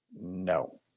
No